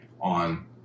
on